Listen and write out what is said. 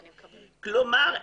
כלומר,